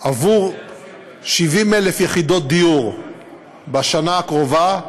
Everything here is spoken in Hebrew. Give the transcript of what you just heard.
עבור 70,000 יחידות דיור בשנה הקרובה,